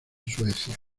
suecia